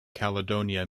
caledonia